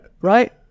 right